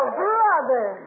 brother